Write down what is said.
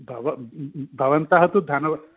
भव भवन्तः तु धनं